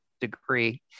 degree